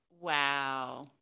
wow